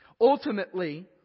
ultimately